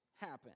happen